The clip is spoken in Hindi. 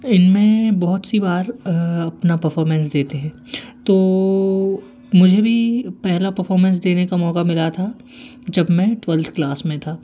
इनमें बहुत सी बार अपना परफॉर्मेंस देते हैं तो मुझे भी पहला परफॉर्मेंस देने का मौका मिला था जब मैं ट्वेल्थ क्लास में था